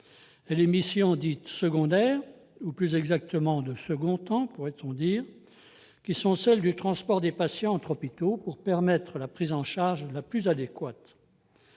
Les missions dites secondaires, ou plus exactement de second temps, ensuite, à savoir le transport des patients entre hôpitaux pour permettre la prise en charge la plus adéquate.